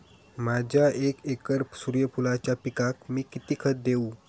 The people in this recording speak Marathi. माझ्या एक एकर सूर्यफुलाच्या पिकाक मी किती खत देवू?